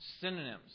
synonyms